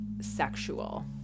sexual